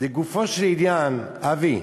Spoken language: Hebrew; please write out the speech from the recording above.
לגופו של עניין, אבי,